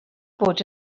bod